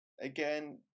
again